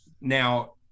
now